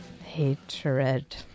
Hatred